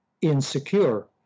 insecure